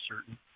certain